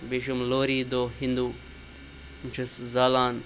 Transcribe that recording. بیٚیہِ چھِ یِم لوری دۄہ ہِنٛدوٗ یِم چھِس زالان